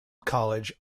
college